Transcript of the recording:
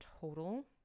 total